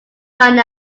ran